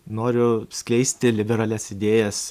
noriu skleisti liberalias idėjas